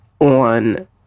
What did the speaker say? on